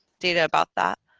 data about that